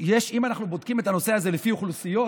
שאם אנחנו בודקים את הנושא הזה לפי אוכלוסיות,